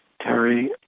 Terry